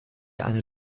eine